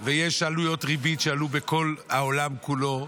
ויש עלויות ריבית שעלו בכל העולם כולו.